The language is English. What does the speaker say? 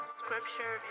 scripture